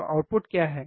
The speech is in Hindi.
तो आउटपुट क्या है